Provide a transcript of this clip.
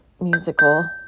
musical